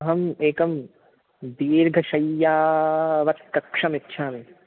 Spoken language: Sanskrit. अहम् एकं दीर्घशय्यावत् कक्षं इछामि